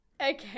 Okay